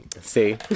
See